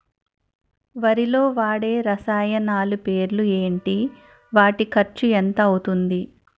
వరిలో వాడే రసాయనాలు పేర్లు ఏంటి? వాటి ఖర్చు ఎంత అవతుంది?